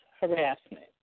harassment